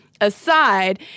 aside